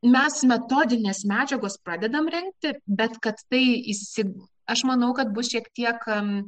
mes metodinės medžiagos pradedam rengti bet kad tai įsig aš manau kad bus šiek tiek